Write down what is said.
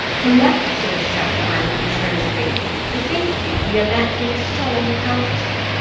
collect yourself, my lord of shrewsbury bethink you we are met in solemn council.